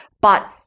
but-